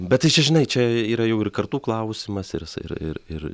bet tai čia žinai čia yra jau ir kartų klausimas ir ir ir ir